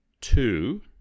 two